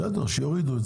בסדר, שיורידו את